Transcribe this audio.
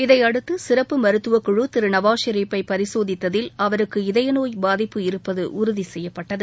இதையடுத்து சிறப்பு மருத்துவக்குழு திரு நவாஸ் ஷெரீப்பை பரிசோதித்தில் அவருக்கு இதயநோய் பாதிப்பு இருப்பது உறுதி செய்யப்பட்டது